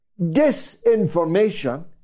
disinformation